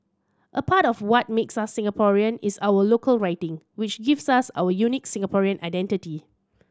a part of what makes us Singaporean is our local writing which gives us our unique Singaporean identity